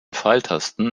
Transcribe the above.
pfeiltasten